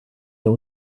der